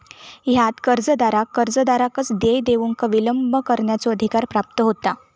ह्यात कर्जदाराक कर्जदाराकच देय देऊक विलंब करण्याचो अधिकार प्राप्त होता